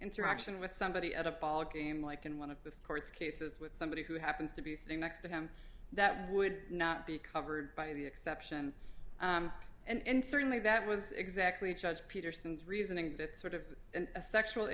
interaction with somebody at a ballgame like in one of the courts cases with somebody who happens to be sitting next to him that would not be covered by the exception and certainly that was exactly judge peterson's reasoning that sort of a sexual